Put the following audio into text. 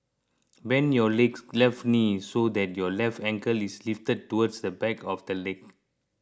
bend your left knee so that your left ankle is lifted towards the back of the leg